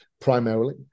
primarily